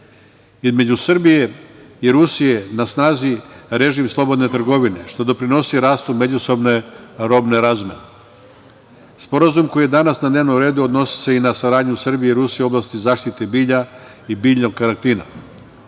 Između Srbije i Rusije na snazi je režim slobodne trgovine, što doprinosi rastu međusobne robne razmene. Sporazum koji je danas na dnevnom redu odnosi se i na saradnju Srbije i Rusije u oblasti zaštite bilja i biljnog karantina.